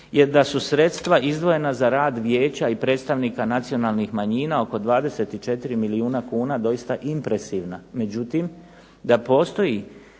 je da su sredstva izdvojena za rad vijeća i predstavnika nacionalnih manjina oko 24 milijuna kuna doista impresivna,